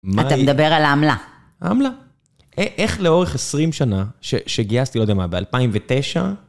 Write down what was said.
אתה מדבר על העמלה. העמלה. איך לאורך 20 שנה, שגייסתי, לא יודע מה, ב-2009...